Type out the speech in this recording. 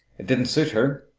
it didn't suit her,